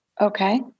Okay